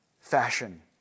fashion